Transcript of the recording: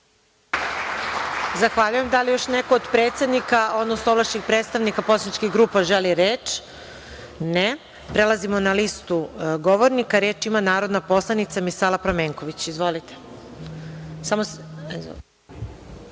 Zahvaljujem. Da li još neko od predsednika, odnosno ovlašćenih predstavnika poslaničkih grupa želi reč? (Ne.)Prelazimo na listu govornika. Reč ima narodna poslanica Misala Pramenković. Izvolite.